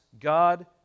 God